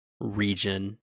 region